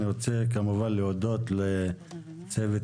אני רוצה להודות לצוות